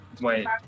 wait